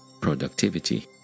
productivity